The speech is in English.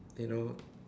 you know